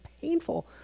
painful